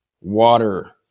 water